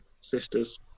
sisters